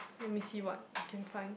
let me see what I can find